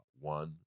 One